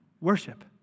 worship